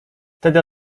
wtedy